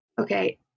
okay